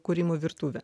kūrimo virtuvė